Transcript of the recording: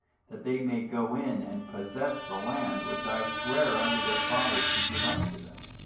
that they may go in and possess the land, which i sware unto their fathers to give unto them.